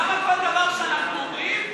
אבל למה כל דבר שאנחנו אומרים,